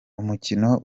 umukino